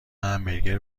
همبرگر